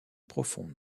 profonde